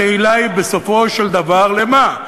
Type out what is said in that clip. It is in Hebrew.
השאלה בסופו של דבר היא למה.